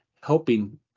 helping